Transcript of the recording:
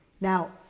Now